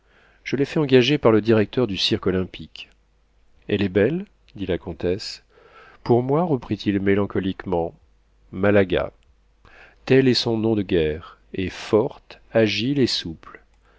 je l'ai fait engager par le directeur du cirque-olympique elle est belle dit la comtesse pour moi reprit-il mélancoliquement malaga tel est son nom de guerre est forte agile et souple